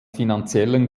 finanziellen